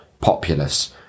populace